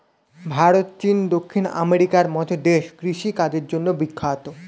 ভারত, চীন, দক্ষিণ আমেরিকার মতো দেশ কৃষি কাজের জন্যে বিখ্যাত